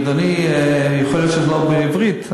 אדוני, יכול להיות שאני לא מדבר עברית.